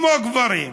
וכמו גברים,